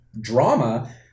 drama